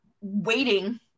waiting